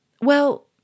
Well